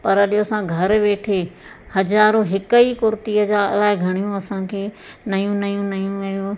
पर जीअं असां घरु वेठे हज़ार हिकु ई कुर्तीअ जा अलाए घणियूं असांखे नयूं नयूं नयूं नयूं